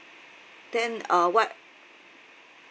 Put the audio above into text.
then uh what